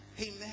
Amen